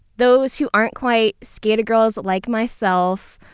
those who aren't quite skater girls, like myself,